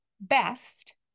best